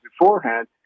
beforehand